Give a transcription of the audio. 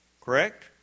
Correct